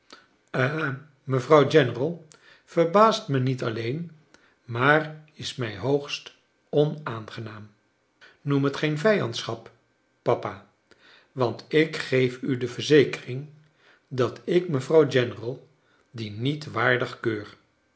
mevrouw general verbaast me niet alleen maar is mij hoogst onaangenaam noem het geen vijandschap papa want ik geef u de verzekering dat ik mevrouw general die niet waardig keur